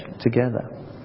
together